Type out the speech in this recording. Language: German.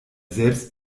selbst